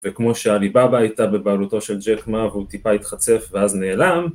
וכמו שעליבאבא הייתה בבעלותו של ג'ק מא והוא טיפה התחצף ואז נעלם.